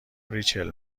ریچل